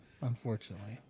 Unfortunately